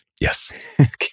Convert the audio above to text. Yes